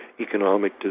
economic